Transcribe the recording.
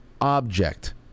object